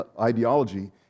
ideology